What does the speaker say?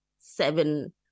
seven